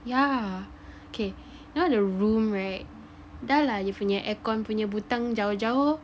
yeah okay now the room right dah lah you punya aircon punya butang jauh jauh-jauh